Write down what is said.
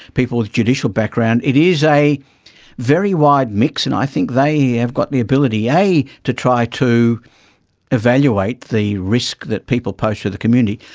people with judicial backgrounds. it is a very wide mix and i think they have got the ability to try to evaluate the risk that people pose to the community.